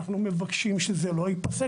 אנחנו מבקשים שזה לא ייפסק,